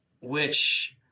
which-